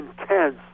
intense